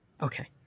Okay